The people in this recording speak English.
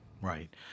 right